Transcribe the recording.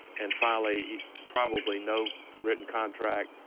and finally, probably no written contract.